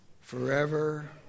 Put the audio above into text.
forever